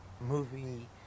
movie